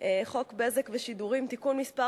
(בזק ושידורים) (תיקון מס'